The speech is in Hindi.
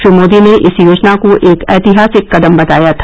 श्री मोदी ने इस योजना को एक ऐतिहासिक कदम बताया था